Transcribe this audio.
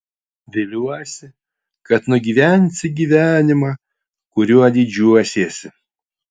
viliuosi kad nugyvensi gyvenimą kuriuo didžiuosiesi